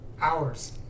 Hours